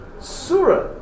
Surah